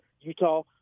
Utah